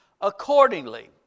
Accordingly